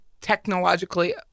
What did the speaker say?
technologically